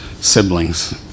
siblings